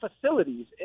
facilities